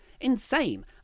Insane